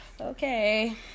okay